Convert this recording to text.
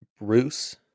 Bruce